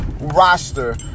roster